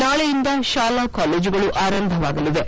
ನಾಳೆಯಿಂದ ತಾಲಾ ಕಾಲೇಜುಗಳು ಆರಂಭವಾಗಲಿವೆ